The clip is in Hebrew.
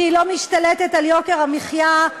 שהיא לא משתלטת על יוקר המחיה,